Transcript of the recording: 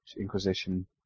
Inquisition